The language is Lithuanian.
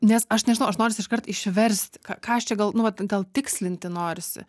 nes aš nežinau aš noris iškart išversti ką aš čia gal nu vat gal tikslinti norisi